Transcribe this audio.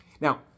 now